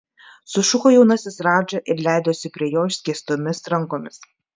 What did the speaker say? sušuko jaunasis radža ir leidosi prie jo išskėstomis rankomis